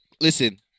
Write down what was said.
Listen